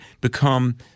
become